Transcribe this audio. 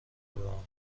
بمانیم